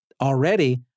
already